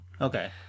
Okay